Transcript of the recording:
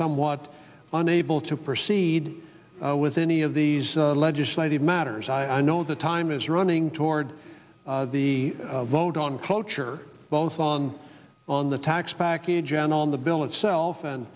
somewhat unable to proceed with any of these legislative matters i know the time is running toward the vote on cloture both on on the tax package and on the bill itself and